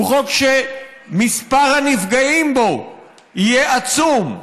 הוא חוק שמספר הנפגעים בו יהיה עצום.